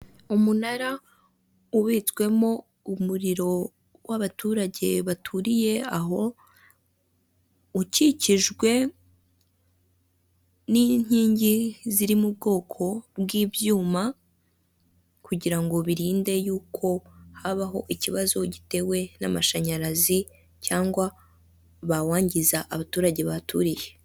Urubuga rw'ikoranabuhanga rwitwa Livingi ini Kigali rwifashishwa rufasha abantu batuye iki muri Kigali kuba bagura ibikoresho ibiribwa ndetse n'imyambaro muri Kigali.